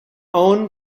own